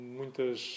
muitas